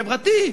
חברתי,